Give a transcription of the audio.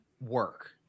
work